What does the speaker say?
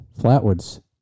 Flatwoods